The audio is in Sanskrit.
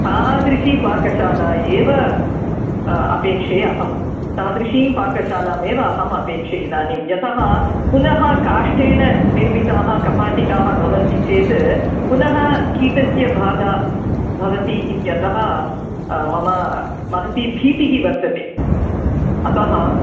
तादृशी पाकशाला एव अपेक्षे अहं तादृशीं पाकशालामेव अहम् अपेक्षे इदानीं यतः पुनः काष्ठेन निर्मिताः कपाटिकाः भवन्ति चेत् पुनः कीटस्य बाधा भवति इत्यतः मम महती भीतिः वर्तते अतः